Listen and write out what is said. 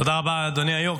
תודה רבה, אדוני היו"ר.